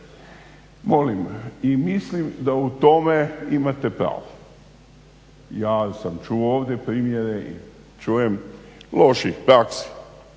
donose. I mislim da u tome imate pravo. Ja sam čuo ovdje primjere i čujem loših praksi